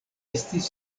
estis